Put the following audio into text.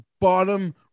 bottom